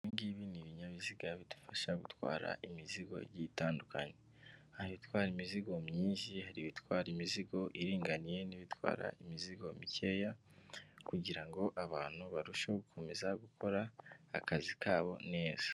Ibingibi ni ibinyabiziga bidufasha gutwara imizigo igiye itandukanye, hari ibitwara imizigo myinshi, hari ibitwara imizigo iringaniye n'ibitwara imizigo mikeya kugirango abantu barusheho gukomeza gukora akazi kabo neza.